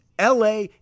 LA